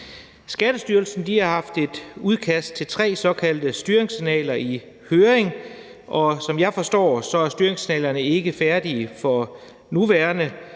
Skattestyrelsen har haft et udkast til tre såkaldte styringssignaler i høring, og som jeg forstår, er styringssignalerne ikke færdige for nuværende.